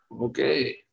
okay